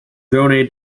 donated